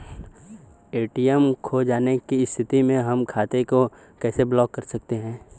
ATM खो जाने की स्थिति में हम खाते को कैसे ब्लॉक कर सकते हैं?